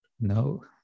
No